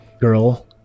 Girl